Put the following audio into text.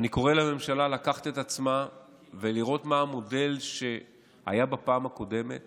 ואני קורא לממשלה לקחת את עצמה ולראות מה המודל שהיה בפעם הקודמת